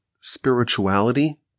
spirituality